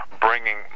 bringing